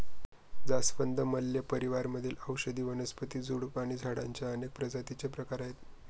जास्वंद, मल्लो परिवार मधील औषधी वनस्पती, झुडूप आणि झाडांच्या अनेक प्रजातींचे प्रकार आहे